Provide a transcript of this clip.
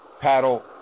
Paddle